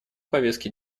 повестки